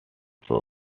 shows